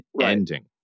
ending